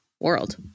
world